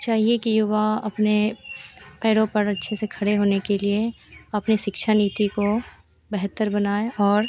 चाहिए कि युवा अपने अपने पैरों पर अच्छे से खड़े होने के लिए अपनी शिक्षा नीति को बेहतर बनाएँ और